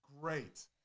Great